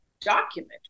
document